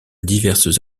diverses